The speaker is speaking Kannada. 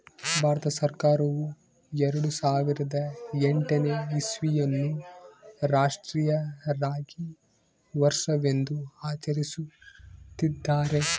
ಭಾರತ ಸರ್ಕಾರವು ಎರೆಡು ಸಾವಿರದ ಎಂಟನೇ ಇಸ್ವಿಯನ್ನು ಅನ್ನು ರಾಷ್ಟ್ರೀಯ ರಾಗಿ ವರ್ಷವೆಂದು ಆಚರಿಸುತ್ತಿದ್ದಾರೆ